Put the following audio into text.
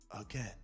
again